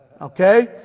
Okay